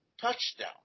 touchdown